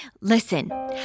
Listen